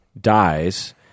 dies